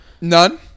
None